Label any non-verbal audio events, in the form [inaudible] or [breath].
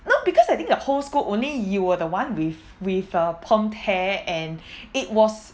no because I think the whole school only you were the one with with a permed hair and [breath] it was